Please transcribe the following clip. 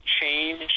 change